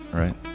right